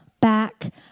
back